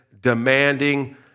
demanding